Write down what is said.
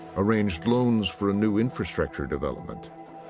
arranged loans for a new infrastructure development,